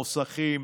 מוסכים,